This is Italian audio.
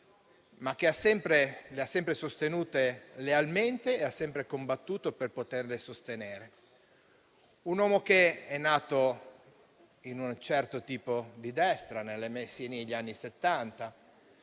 ma che le ha sempre sostenute lealmente e ha sempre combattuto per poterlo fare. Parliamo di un uomo che è nato in un certo tipo di destra, nel Movimento